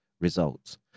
results